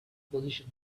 position